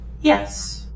Yes